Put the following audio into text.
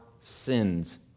sins